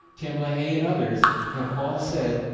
tim lahaye, and others, have all said,